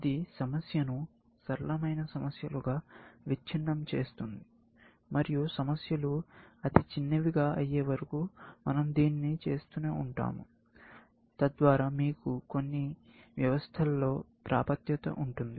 ఇది సమస్య ను సరళమైన సమస్యలుగా విచ్ఛిన్నం చేస్తుంది మరియు సమస్యలు అతి చిన్నవిగా అయ్యేవరకు మన০ దీన్ని చేస్తూనే ఉంటాము తద్వారా మీకు కొన్ని వ్యవస్థల్లో ప్రాప్యత ఉంటుంది